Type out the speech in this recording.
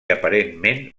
aparentment